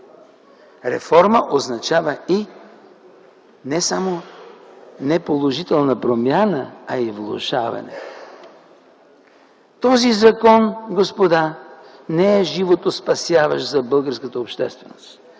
„Реформа” означава не само и не положителна промяна, а и влошаване. Господа, този закон не е животоспасяващ за българската общественост,